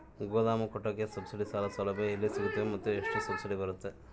ಗೋದಾಮು ಕಟ್ಟೋಕೆ ಸಬ್ಸಿಡಿ ಸಾಲ ಸೌಲಭ್ಯ ಎಲ್ಲಿ ಸಿಗುತ್ತವೆ ಮತ್ತು ಎಷ್ಟು ಸಬ್ಸಿಡಿ ಬರುತ್ತೆ?